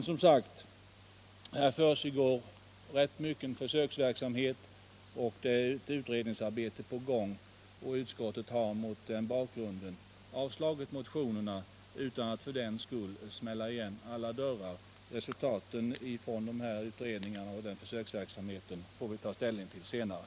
Som sagt: Här försiggår rätt mycket försöksverksamhet och dessutom utredningsarbeten, och mot den bakgrunden har utskottet nu avstyrkt motionerna. Resultaten av utredningarna och försöksverksamheten får vi ta ställning till senare.